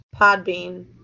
Podbean